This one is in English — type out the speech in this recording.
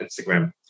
Instagram